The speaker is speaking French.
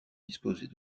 disposés